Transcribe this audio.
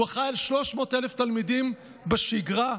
הוא אחראי ל-300,000 תלמידים בשגרה,